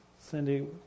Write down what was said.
Cindy